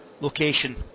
location